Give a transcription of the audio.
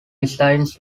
designs